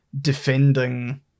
defending